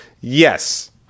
Yes